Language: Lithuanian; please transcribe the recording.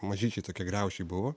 mažyčiai tokie griaučiai buvo